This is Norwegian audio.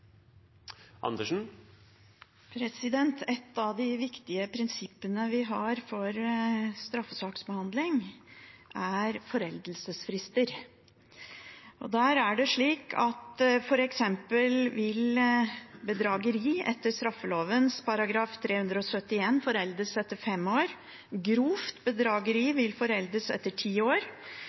vurdert. Et av de viktige prinsippene vi har for straffesaksbehandling, er foreldelsesfrister. Det er slik at f.eks. bedrageri etter straffeloven § 371 vil foreldes etter fem år, grovt bedrageri vil foreldes etter ti år,